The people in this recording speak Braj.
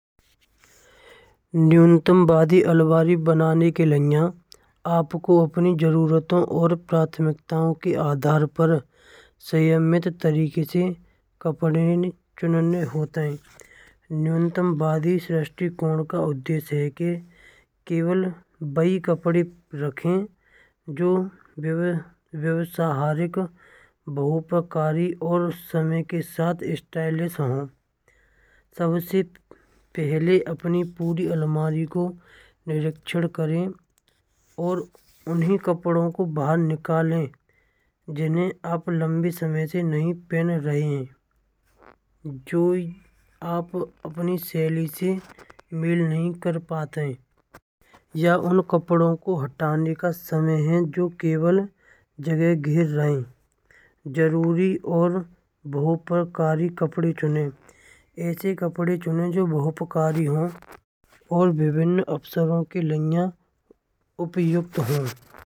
न्यूनतम वादी अलमारी बनाने के लिए आपको अपनी जरूरतों और प्राथमिकताओं के आधार पर संयमित तरीके से कपड़े चुनने होते हैं। न्यूनतम बारिश दृष्टिकोण का उद्देश्य है कि केवल वही कपड़े रखें जो व्यवसायिक बहुपकारी और समय के साथ स्टाइलिश हो। सबसे पहले अपनी पूरी अलमारी को निरीक्षण करें और उन कपड़ों को बाहर निकालें जिन्हें आप लंबे समय से नहीं पहन रहे हैं। जो आप अपनी सहेली से मेल नहीं कर पाते या उन कपड़ों को हटाने का समय है जो केवल जगह घेर रहे। जरूरी और बहुपकारी कपड़े चुनें, ऐसे कपड़े चुनें जो बहुपकारी हों और भिन्न अवसरों के लिए उपयुक्त हों।